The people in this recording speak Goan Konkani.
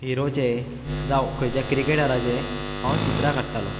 हिरोचे जावं खंयच्या क्र्केटराचे हांव चित्रां काडटालो